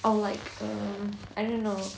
or like err I don't know